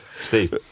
Steve